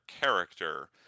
character